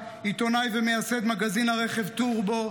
עיתונאי ומייסד מגזין הרכב טורבו,